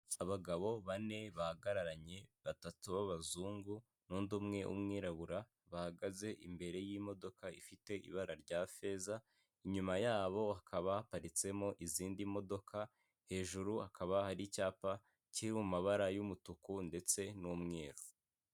Abadamu babiri umwe witandiye, undi wambaye umupira w'amaboko maremare w'umukara barasinya ndetse bakuzuza ku bipapuro bibateretse imbere ku meza iriho amazi ndetse n'ibindi bipapuro byabugenewe.